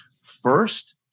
first